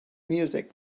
music